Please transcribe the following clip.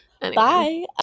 bye